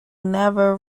never